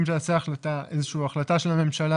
אם תעשה החלטה, איזושהי החלטה של הממשלה